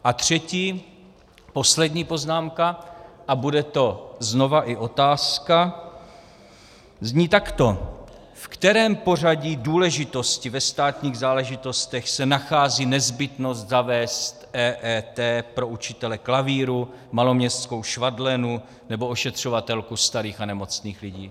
A třetí, poslední poznámka, a bude to znova i otázka, zní takto: V kterém pořadí důležitosti ve státních záležitostech se nachází nezbytnost zavést EET pro učitele klavíru, maloměstskou švadlenu nebo ošetřovatelku starých a nemocných lidí?